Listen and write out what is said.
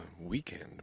weekend